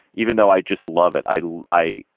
even though i just love it, i do i.